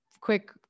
quick